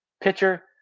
pitcher